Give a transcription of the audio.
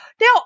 Now